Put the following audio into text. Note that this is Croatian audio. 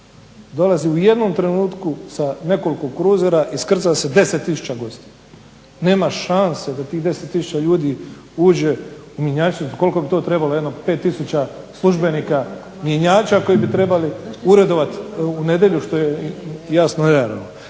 dolaze u jednom trenutku sa nekoliko kruzera iskrca se 10 tisuća gostiju. Nema šanse da tih 10 tisuća ljudi uđe u mjenjačnicu, koliko bi to trebalo jedno 5 tisuća službenika mjenjača koji bi trebali uredovat u nedjelju što je jasno nerealno.